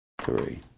Three